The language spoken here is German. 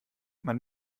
man